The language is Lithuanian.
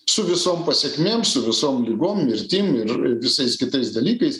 su visom pasekmėm su visom ligom mirtim ir visais kitais dalykais